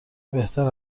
بهتر